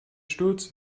sturz